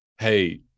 hey